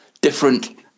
different